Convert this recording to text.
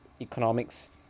economics